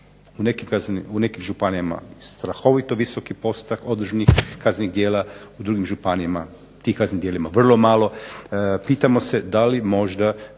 U nekim županijama strahovito visoki postotak određenih kaznenih djela, u drugim županijama tih kaznenih djela vrlo malo. Pitamo se da li možda